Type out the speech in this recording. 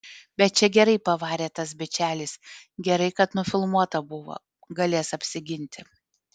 bet čia gerai pavarė tas bičelis gerai kad nufilmuota buvo galės apsiginti